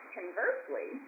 Conversely